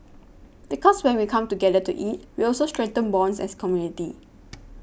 because when we come together to eat we also strengthen bonds as community